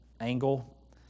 angle